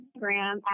instagram